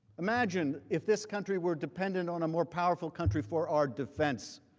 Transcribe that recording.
imagine if this country were dependent on a more powerful country for our defense.